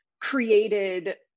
created